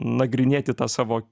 nagrinėti tą savo